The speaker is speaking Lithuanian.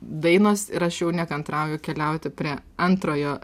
dainos ir aš jau nekantrauju keliauti prie antrojo